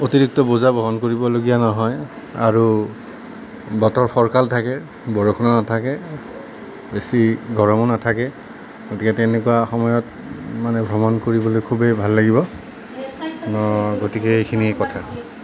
অতিৰিক্ত বোজা বহন কৰিবলগীয়া নহয় আৰু বতৰ ফৰকাল থাকে বৰষুণ নাথাকে বেছি গৰমো নাথাকে গতিকে তেনেকুৱা সময়ত মানে ভ্ৰমণ কৰিবলৈ খুবেই ভাল লাগিব গতিকে এইখিনিয়ে কথা